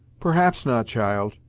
perhaps not, child.